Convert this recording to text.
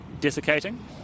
desiccating